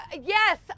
Yes